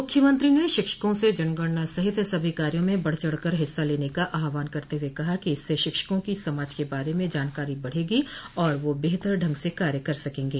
मूख्यमंत्री ने शिक्षकों से जनगणना सहित सभी कार्यो में बढ़चढ़ कर हिस्सा लेने का आह्वान करते हुए कहा कि इससे शिक्षकों की समाज के बारे में जानकारी बढ़ेगी और वह बेहतर ढंग से कार्य कर सकेंगे